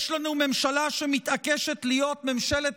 יש לנו ממשלה שמתעקשת להיות ממשלת